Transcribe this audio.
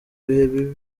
bihe